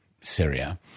Syria